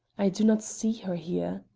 i do not see her here.